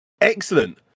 excellent